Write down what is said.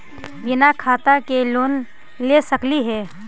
बिना खाता के लोन ले सकली हे?